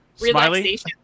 relaxation